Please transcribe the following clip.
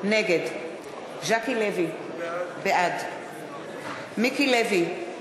נגד ז'קי לוי, בעד מיקי לוי,